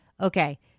Okay